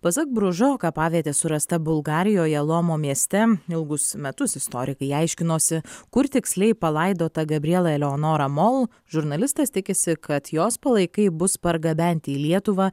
pasak bružo kapavietė surasta bulgarijoje lomo mieste ilgus metus istorikai aiškinosi kur tiksliai palaidota gabriela eleonora mol žurnalistas tikisi kad jos palaikai bus pargabenti į lietuvą